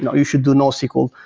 you should do nosql.